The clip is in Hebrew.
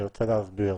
אני רוצה להסביר.